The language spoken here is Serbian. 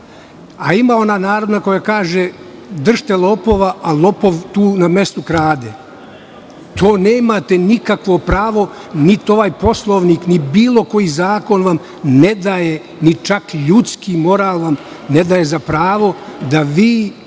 a ima ona narodna koja kaže – držite lopova, a lopov tu na mestu krade. To nemate nikakvo pravo, niti ovaj Poslovnik, niti bilo koji zakon vam ne daje, ni čak ljudski, moralan, za pravo da vi